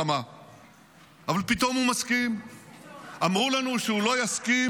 אמרו לנו שהחמאס לא יתגמש,